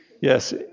Yes